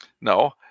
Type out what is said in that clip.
No